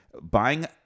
Buying